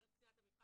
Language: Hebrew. אומרת קצינת המבחן,